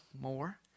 more